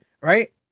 Right